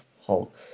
Hulk